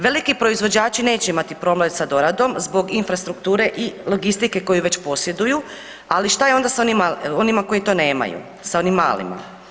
Veliki proizvođači neće imati problem sa doradom zbog infrastrukture i logistike koju već posjeduju, ali šta je sa onima koji to nemaju, sa onim malima?